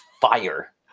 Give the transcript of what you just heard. fire